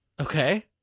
Okay